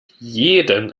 jeden